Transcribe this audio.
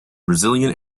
brazilian